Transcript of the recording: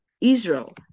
Israel